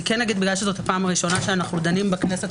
בגלל שזאת הפעם הראשונה שאנחנו דנים בכנסת